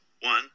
one